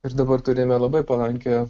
ir dabar turime labai palankią